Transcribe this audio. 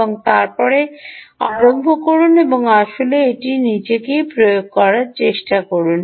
এবং তারপরে আরম্ভ করুন এবং আসলে নিজেই এটিকে করার চেষ্টা করুন